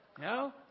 No